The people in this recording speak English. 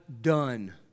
done